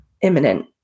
imminent